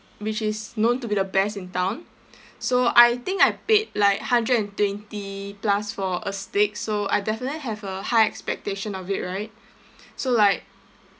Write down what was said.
which is known to be the best in town so I think I paid like hundred and twenty plus for a steak so I definitely have a high expectation of it right so like